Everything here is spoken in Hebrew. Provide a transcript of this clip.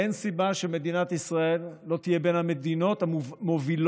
אין סיבה שמדינת ישראל לא תהיה בין המדינות המובילות